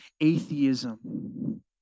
atheism